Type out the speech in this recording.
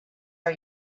are